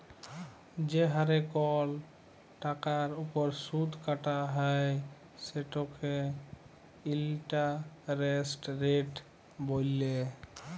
যে হারে কল টাকার উপর সুদ কাটা হ্যয় সেটকে ইলটারেস্ট রেট ব্যলে